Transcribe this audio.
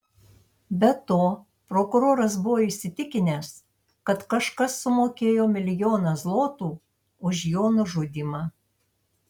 be to prokuroras buvo įsitikinęs kad kažkas sumokėjo milijoną zlotų už jo nužudymą